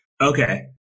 Okay